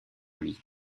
lui